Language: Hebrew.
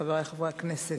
חברי חברי הכנסת,